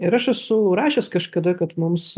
ir aš esu rašęs kažkada kad mums